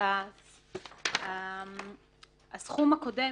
הסכום הקודם